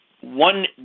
one